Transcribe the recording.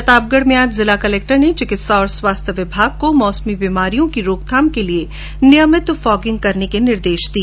प्रतापगढ में आज जिला कलेक्टर ने चिकित्सा और स्वास्थ्य विमाग को मौसमी बीमारियों की रोकथाम के लिए नियमित फोगिंग करने के निर्देश दिए